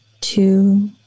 two